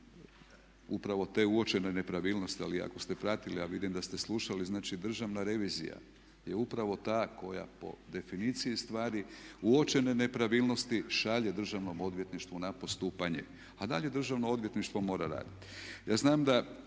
upravo te uočene nepravilnosti, ali ako ste pratili, a vidim da ste slušali, znači Državna revizija je ta koja po definiciji stari uočene nepravilnosti šalje Državnom odvjetništvu na postupanje, a dalje Državno odvjetništvo mora raditi.